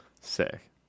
sick